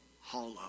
hollow